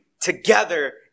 together